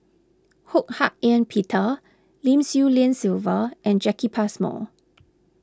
Ho Hak Ean Peter Lim Swee Lian Sylvia and Jacki Passmore